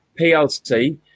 PLC